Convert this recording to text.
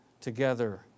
together